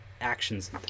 actions